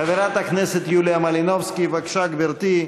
חברת הכנסת יוליה מלינובסקי, בבקשה גברתי,